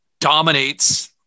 dominates